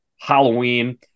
Halloween